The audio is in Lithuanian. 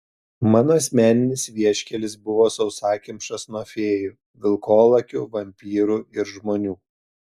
mano asmeninis vieškelis buvo sausakimšas nuo fėjų vilkolakių vampyrų ir žmonių